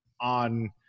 on